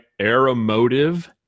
Aeromotive